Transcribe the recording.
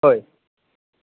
होय